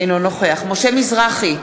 אינו נוכח משה מזרחי,